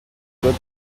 good